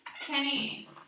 Kenny